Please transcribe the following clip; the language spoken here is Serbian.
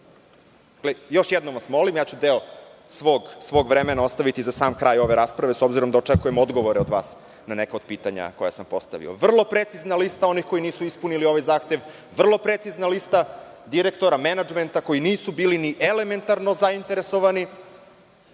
Još jednom vas molim, deo svog vremena ću ostaviti za sam kraj ove rasprave, s obzirom da očekujem odgovore od vas na neka od pitanja koja sam postavio. Vrlo precizna lista onih koji nisu ispunili ovaj zahtev, vrlo precizna lista direktora, menadžmenta koji nisu bili ni elementarno zainteresovani